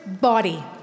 body